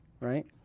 Right